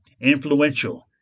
influential